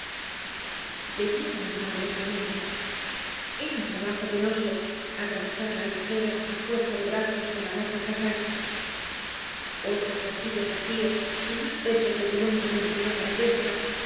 seguían avanzando lentamente era un trabajo penoso atravesar la albufera á fuerza de brazos eon la barca cargada otros barquitos vacíos sin más peso que el del hombre que empuñaba la percha